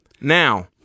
Now